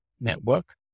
network